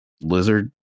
lizard